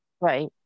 right